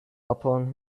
upon